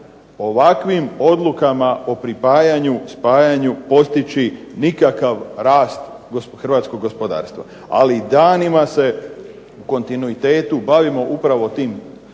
ovakvim odlukama o pripajanju, spajanju postići nikakav rast hrvatskog gospodarstva. Ali danima se u kontinuitetu bavimo upravo tim